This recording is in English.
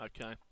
Okay